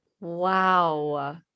Wow